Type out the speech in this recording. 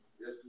Yes